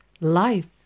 Life